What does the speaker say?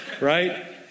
right